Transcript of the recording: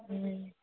হুম